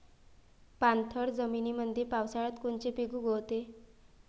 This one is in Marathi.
पाणथळ जमीनीमंदी पावसाळ्यात कोनचे पिक उगवते?